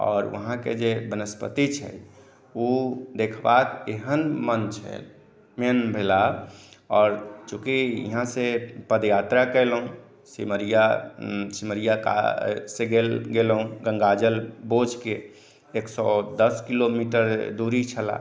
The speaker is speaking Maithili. आओर वहाँ के जे वनस्पति छै ओ देखबा के एहन मञ्च है आओर चूँकि यहाँ से पदयात्रा केलहुॅं सिमरिया सिमरिया से गेलहुॅं गंगा बोझ के एक सए दस किलोमीटर दूरी छलै